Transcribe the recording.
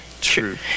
True